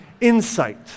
insight